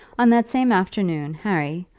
on that same afternoon harry,